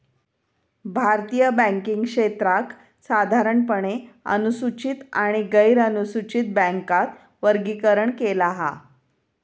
भारतीय बॅन्किंग क्षेत्राक साधारणपणे अनुसूचित आणि गैरनुसूचित बॅन्कात वर्गीकरण केला हा